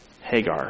Hagar